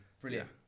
brilliant